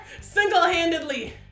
single-handedly